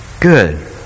Good